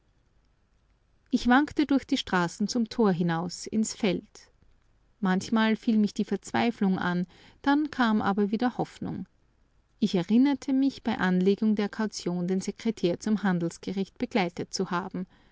ich wankte durch die straßen zum tor hinaus ins feld manchmal fiel mich die verzweiflung an dann kam aber wieder hoffnung ich erinnerte mich bei anlegung der kaution den sekretär zum handelsgericht begleitet zu haben